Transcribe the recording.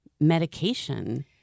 medication